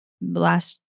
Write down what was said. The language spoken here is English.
last